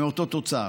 מאותו תוצר.